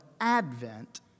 Advent